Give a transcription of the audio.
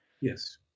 yes